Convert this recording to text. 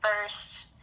first